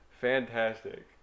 fantastic